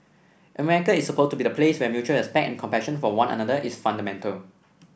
America is supposed to be the place where mutual respect and compassion for one another is fundamental